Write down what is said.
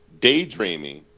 daydreaming